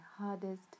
hardest